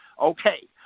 Okay